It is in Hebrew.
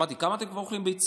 אמרתי: כמה כבר אתם אוכלים ביצים?